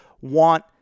want